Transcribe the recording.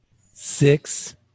Six